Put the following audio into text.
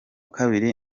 kabiri